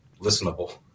listenable